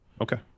Okay